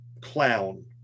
clown